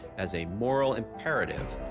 as a moral imperative,